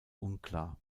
unklar